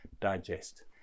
digest